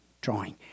drawing